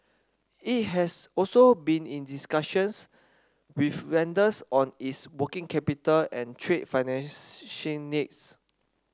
it has also been in discussions with lenders on its working capital and trade needs